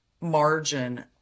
margin